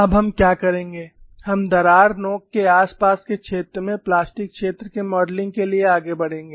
अब हम क्या करेंगे हम दरार नोक के आसपास के क्षेत्र में प्लास्टिक क्षेत्र के मॉडलिंग के लिए आगे बढ़ेंगे